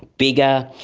bigger,